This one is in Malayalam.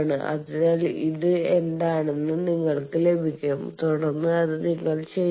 അതിനാൽ ഇത് എന്താണെന്ന് നിങ്ങൾക്ക് ലഭിക്കും തുടർന്ന് അത് നിങ്ങൾ ചെയ്യുക